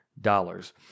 dollars